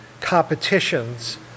competitions